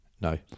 no